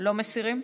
לא מסירים.